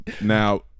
now